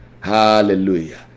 hallelujah